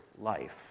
life